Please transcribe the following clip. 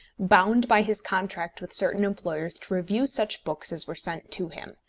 bound by his contract with certain employers to review such books as were sent to him.